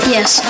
Yes